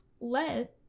let